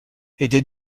aidez